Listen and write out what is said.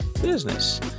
business